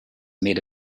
made